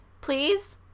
please